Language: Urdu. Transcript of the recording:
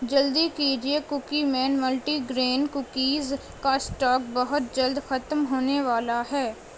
جلدی کیجیے Cookie Man multigrain cookies کا اسٹاک بہت جلد ختم ہونے والا ہے